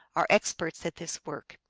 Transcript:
are experts at this work.